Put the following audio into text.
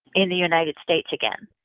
in the united states again.